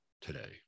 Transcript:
today